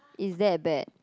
is that bad